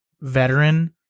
veteran